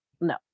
no